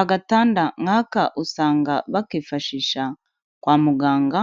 Agatanda nk'aka usanga bakifashisha kwa muganga